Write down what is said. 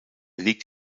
liegt